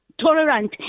tolerant